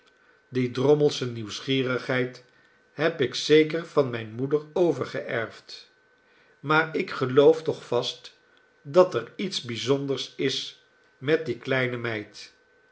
die drommelsche nieuwsgierigheid heb ik zeker van mijne moeder overgeerfd maar ik geloof toch vast dat er iets bijzonders is met die kleine meid